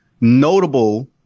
notable